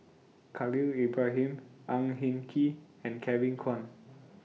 Khalil Ibrahim Ang Hin Kee and Kevin Kwan